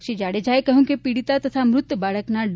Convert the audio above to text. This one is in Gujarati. શ્રી જાડેજાએ કહ્યું કે પીડીતા તથા મૃત બાળકના ડી